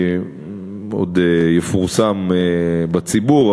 שעוד יפורסם בציבור,